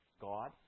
God